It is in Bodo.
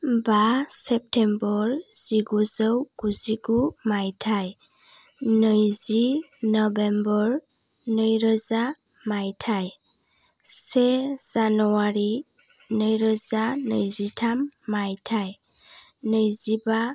बा सेप्तेम्बर जिगुजौ गुजिगु मायथाइ नैजि नभेम्बर नै रोजा मायथाइ से जानुवारि नैरोजा नैजिथाम मायथाइ नैजिबा